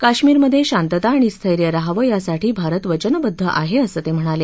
काश्मीरमधे शांतता आणि स्थैर्य रहावं यासाठी भारत वचनबद्ध आहे असं ते म्हणाले